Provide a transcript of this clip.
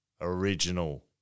original